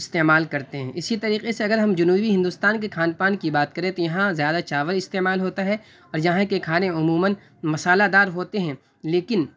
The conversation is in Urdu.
استعمال کرتے ہیں اسی طریقے سے اگر ہم جنوبی ہندوستان کے کھان پان کی بات کریں تو یہاں زیادہ چاول استعمال ہوتا ہے اور یہاں کے کھانے عموماً مصالحہ دار ہوتے ہیں لیکن